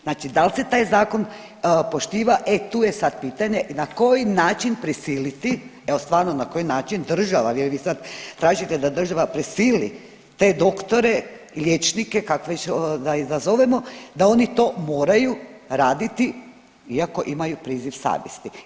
Znači da li se taj zakon poštiva, e tu je sad pitanje, na koji način prisiliti, evo stvarno na koji način država jer vi sad tražite da država prisili te doktore, liječnica, kak već da ih nazovemo da oni to moraju raditi iako imaju priziv savjesti.